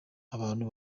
abantu